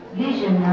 vision